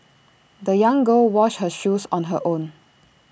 the young girl washed her shoes on her own